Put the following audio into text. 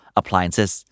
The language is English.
appliances